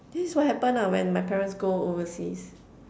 this is what happen lah when my parents go overseas